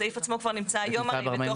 הסעיף עצמו כבר נמצא היום בפקודת